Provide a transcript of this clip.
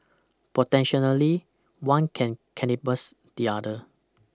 Personality one can cannibalise the other